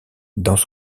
dans